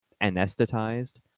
anesthetized